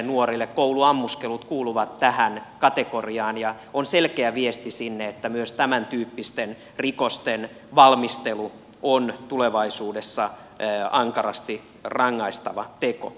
kouluammuskelut kuuluvat tähän kategoriaan ja tämä on selkeä viesti sinne että myös tämäntyyppisten rikosten valmistelu on tulevaisuudessa ankarasti rangaistava teko